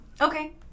Okay